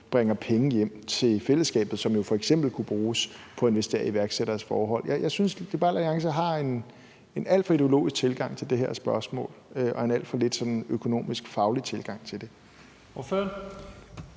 bringer penge hjem til fællesskabet, som jo f.eks. kunne bruges på iværksætteres forhold. Jeg synes, at Liberal Alliance har en alt for ideologisk tilgang til det her spørgsmål og en økonomisk og faglig tilgang til det,